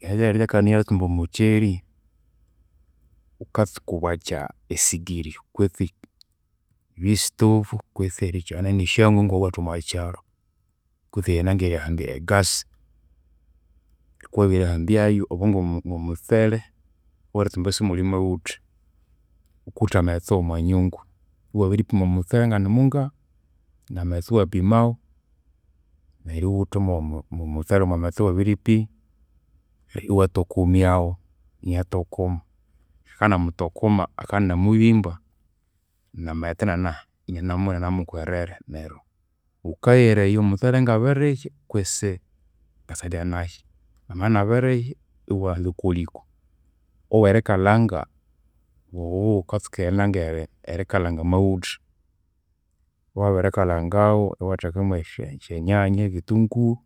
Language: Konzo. Endekandeka eyeritsumba omutseli, ghukatsuka bwakya esigiri yibye stove kwitsi esyangwe ngewethu omwakyalu kwitsi enanga gerihambya egas, ghukabya wabiritsumbayu obo ngomutsele oweritsumba isimuli maghutha. Gukutha amaghetse womwanyungu, iwabiripinga omutsele nganimungahi namaghetse iwapimaghu neru iwithamu omutsele omwamaghetse awawabiripinga neryo iwatokomyaghu, akabya anamutokoma, akabya animubimba, namaghetse inanamuhwerera neru ghukagheraya omutsele ngabirihya kwisi ngasalya anahya. Amabya inabirihya, iwihaghu okwaliko. Owerikalhanga, ighoghukatsuka erikalhanga amaghutha. Wabirikalhangaghu iwathekamu esyanyanya ebitunguru